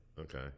okay